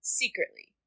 secretly